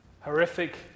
Horrific